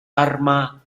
arma